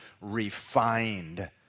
refined